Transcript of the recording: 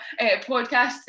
podcast